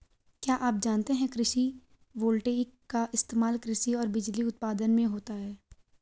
क्या आप जानते है कृषि वोल्टेइक का इस्तेमाल कृषि और बिजली उत्पादन में होता है?